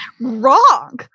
wrong